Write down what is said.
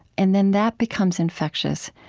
and then that becomes infectious.